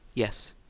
yes.